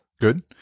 Good